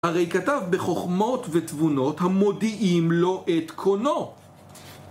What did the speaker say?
הרי כתב בחוכמות ותבונות המודיעים לו את קונו.